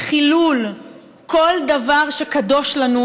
חילול כל דבר שקדוש לנו,